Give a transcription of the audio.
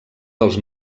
dels